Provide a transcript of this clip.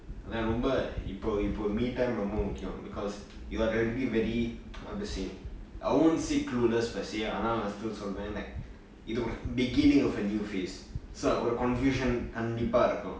நா ரொம்ப இப்பொ இப்பொ:naa romba ippo ippo me time ரொம்ப முக்கியம்:romba mukiyam because you are already very how to say I won't say clueless ஆனா நா:aanaa naa still சொல்றேன் இது ஒறு:solren ithu oru beginning of a new phase so ஒறு:oru confusion கண்டிப்பா இருக்கும்:kandipaa irukum